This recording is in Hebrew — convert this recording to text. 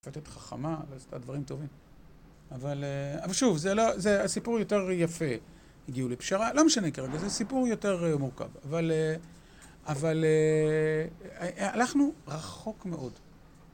כזאת חכמה עשתה דברים הטובים. אבל שוב, הסיפור יותר יפה, הגיעו לפשרה, לא משנה כרגע, זה סיפור יותר מורכב. אבל אה אבל אה, הלכנו רחוק מאוד.